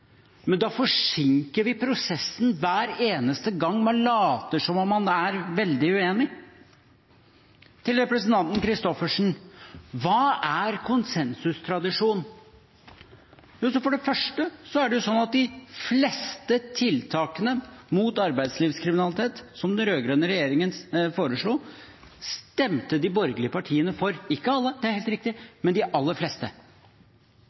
men da forsinker vi prosessen hver eneste gang man later som om man er veldig uenig. Til representanten Christoffersen: Hva er konsensustradisjon? For det første er det sånn at de fleste tiltakene mot arbeidslivskriminalitet som den rød-grønne regjeringen foreslo, stemte de borgerlige partiene for – ikke alle, det er helt riktig, men de aller fleste.